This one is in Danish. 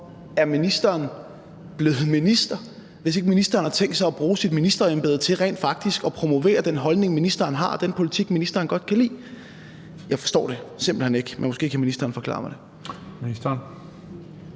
hvorfor er ministeren blevet minister, hvis ikke ministeren har tænkt sig at bruge sit ministerembede til rent faktisk at promovere den holdning, ministeren har, og den politik, ministeren godt kan lide? Jeg forstår det simpelt hen ikke, men måske kan ministeren forklare mig det.